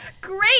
great